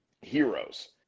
heroes